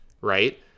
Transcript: right